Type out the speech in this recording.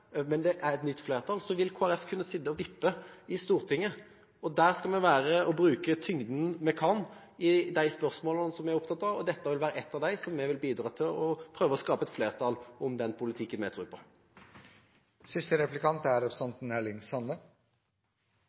men det er et nytt flertall, vil Kristelig Folkeparti kunne sitte og vippe i Stortinget, og der skal vi være og bruke tyngden vi har i de spørsmålene som vi er opptatt av, og dette vil være ett av dem, som jeg vil bidra til å prøve å skape et flertall for når det gjelder den politikken vi tror på.